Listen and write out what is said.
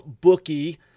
bookie